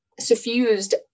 Suffused